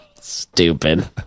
stupid